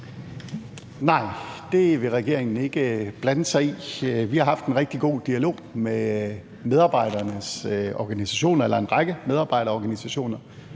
Nej, det vil regeringen ikke blande sig i. Vi har haft en rigtig god dialog med en række medarbejderorganisationer,